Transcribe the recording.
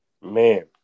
Man